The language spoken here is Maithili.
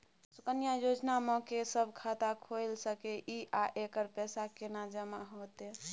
सुकन्या योजना म के सब खाता खोइल सके इ आ एकर पैसा केना जमा होतै?